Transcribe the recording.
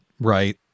right